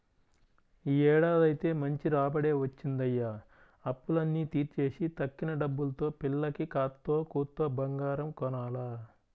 యీ ఏడాదైతే మంచి రాబడే వచ్చిందయ్య, అప్పులన్నీ తీర్చేసి తక్కిన డబ్బుల్తో పిల్లకి కాత్తో కూత్తో బంగారం కొనాల